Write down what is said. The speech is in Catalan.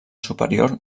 superior